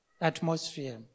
atmosphere